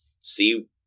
see